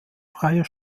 freier